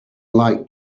like